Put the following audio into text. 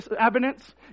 evidence